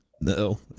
No